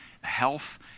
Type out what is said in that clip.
health